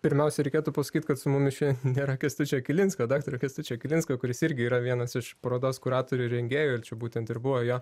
pirmiausia reikėtų pasakyt kad su mumis čia nėra kęstučio kilinsko daktaro kęstučio kilinsko kuris irgi yra vienas iš parodos kuratorių ir rengėjų ir čia būtent ir buvo jo